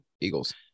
Eagles